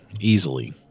Easily